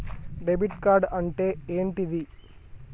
Debit card అంటే ఏంటిది?